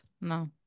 no